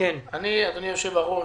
אדוני יושב-הראש